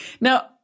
now